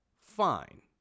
fine